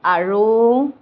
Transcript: আৰু